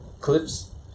clips